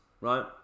right